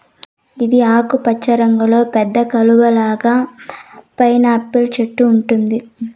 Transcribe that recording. ఇది ఆకుపచ్చ రంగులో పెద్ద కలువ లాగా పైనాపిల్ చెట్టు ఉంటుంది